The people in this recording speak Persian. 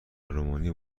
رومانی